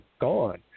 gone